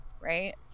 right